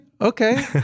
okay